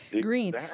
green